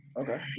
Okay